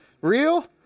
real